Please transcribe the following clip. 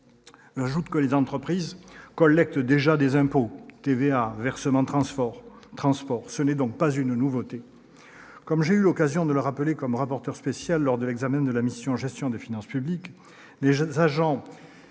J'ajoute que les entreprises collectent déjà des impôts : TVA, versement transport. Ce n'est donc pas une nouveauté. Comme j'ai eu l'occasion de le rappeler en ma qualité de rapporteur spécial lors de l'examen de la mission « Gestion des finances publiques et des